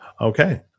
Okay